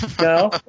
No